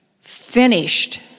Finished